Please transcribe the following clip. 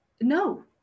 no